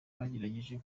bagerageje